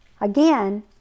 Again